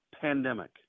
pandemic